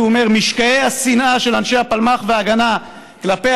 כך הוא אומר: משקעי השנאה של אנשי הפלמ"ח וההגנה כלפי